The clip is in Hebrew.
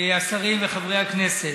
השרים וחברי הכנסת.